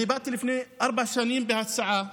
אני באתי לפני ארבע שנים בהצעה: